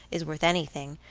is worth anything,